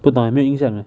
不懂 eh 没有印象 eh